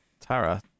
Tara